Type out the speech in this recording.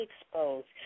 Exposed